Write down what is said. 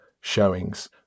showings